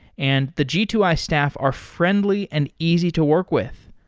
and the g two i staff are friendly and easy to work with.